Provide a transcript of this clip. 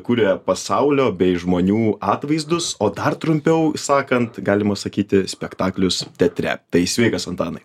kuria pasaulio bei žmonių atvaizdus o dar trumpiau sakant galima sakyti spektaklius teatre tai sveikas antanai